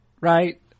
right